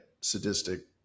sadistic